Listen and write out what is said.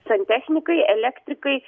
santechnikai elektrikai